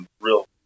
real